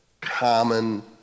common